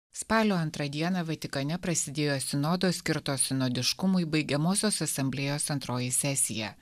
spalio antrą dieną vatikane prasidėjo sinodo skirto sinodiškumui baigiamosios asamblėjos antroji sesija